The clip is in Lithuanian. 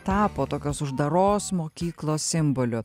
tapo tokios uždaros mokyklos simboliu